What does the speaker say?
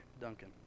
Duncan